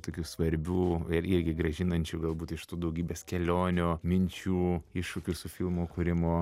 tokių svarbių ir irgi grąžinančių galbūt iš tų daugybės kelionių minčių iššūkių su filmo kūrimo